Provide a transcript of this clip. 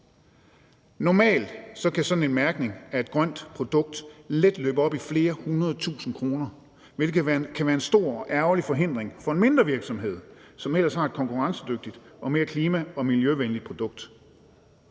Normalt kan sådan en mærkning af et grønt produkt let løbe op i flere hundrede tusinde kroner, hvilket kan være en stor og ærgerlig forhindring for en mindre virksomhed, som ellers har et konkurrencedygtigt og mere klima- og miljøvenligt produkt.